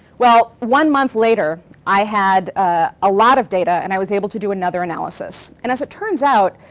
well, one month later, i had a ah lot of data, and i was able to do another analysis. and as it turns out,